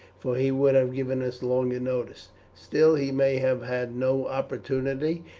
for he would have given us longer notice. still he may have had no opportunity,